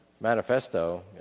manifesto